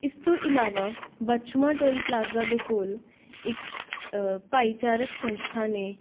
ਇਸ ਤੋਂ ਇਲਾਵਾ ਬਚਵਾਂ ਟੋਲ ਪਲਾਜ਼ਾ ਦੇ ਕੋਲ ਇੱਕ ਭਾਈਚਾਰਕ ਸੰਸਥਾ ਨੇ